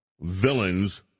villains